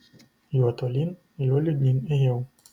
juo tolyn juo liūdnyn ėjau